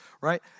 right